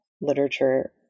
literature